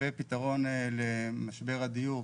ופתרון למשבר הדיור.